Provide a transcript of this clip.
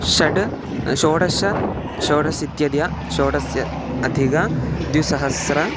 षड् षोडश षोडश इत्यधिकं षोडशाधिकं द्विसहस्रम्